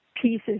pieces